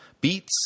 beets